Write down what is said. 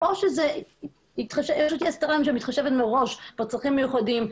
או שזאת הסדרה שמתחשבת מראש בצרכים המיוחדים,